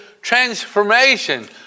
transformation